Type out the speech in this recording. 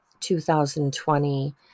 2020